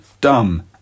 dumb